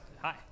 hi